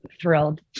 thrilled